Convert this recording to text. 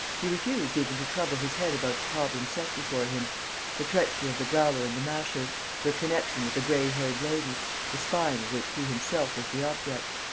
he refused even to trouble his head about the problems set before him the treachery of the growler and the masher their connection with the gray-haired lady the spying of which he himself was the object.